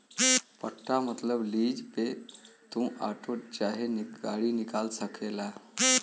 पट्टा मतबल लीज पे तू आटो चाहे गाड़ी निकाल सकेला